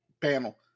panel